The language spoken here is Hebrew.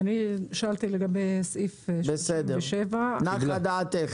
אני שאלתי לגבי סעיף 37. בסדר, נחה דעתך.